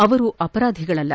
ಅವರು ಅಪರಾಧಿಗಳಲ್ಲ